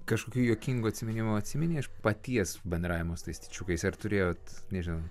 kažkokių juokingų atsiminimų atsimeni iš paties bendravimo su tais tyčiukais ar turėjot nežinau